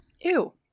Ew